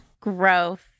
Growth